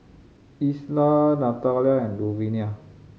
Isla Natalia and Luvinia